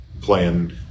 playing